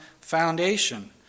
foundation